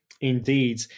Indeed